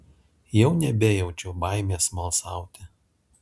jau nebejaučiau baimės smalsauti